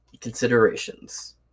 considerations